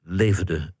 leverde